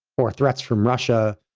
or threats from russia,